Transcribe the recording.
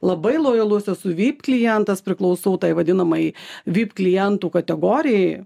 labai lojalus esu vip klientas priklausau tai vadinamajai vip klientų kategorijai